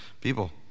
people